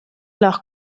leur